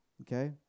Okay